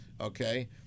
Okay